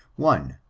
one.